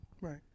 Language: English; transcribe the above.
Right